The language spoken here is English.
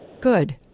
Good